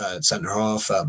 centre-half